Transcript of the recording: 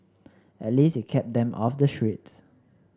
at least it kept them off the streets